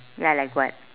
ya like what